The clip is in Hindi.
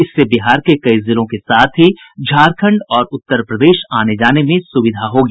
इससे बिहार के कई जिलों के साथ ही झारखंड और उत्तर प्रदेश आने जाने में सुविधा होगी